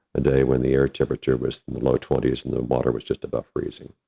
a day when the air temperature was low twenty s and the water was just above freezing,